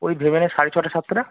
ওই ভেবে নে সাড়ে ছটা সাতটা